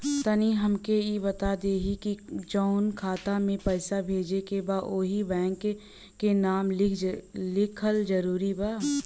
तनि हमके ई बता देही की जऊना खाता मे पैसा भेजे के बा ओहुँ बैंक के नाम लिखल जरूरी बा?